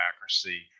accuracy